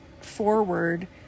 forward